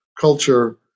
culture